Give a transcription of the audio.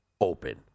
open